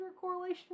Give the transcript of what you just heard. correlation